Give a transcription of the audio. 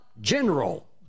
General